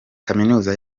kaminuza